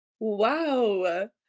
Wow